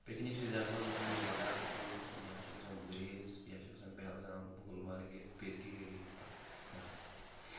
picnic چھِ زیادٕ پَہَم گژھان تِم لَداخ کُن یا چھِ گژھان گُریز یا چھِ گژھان پہلگام گُلمرگہِ پیٖر کی گلی بہ بَس